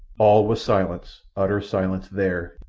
all was silence, utter silence there,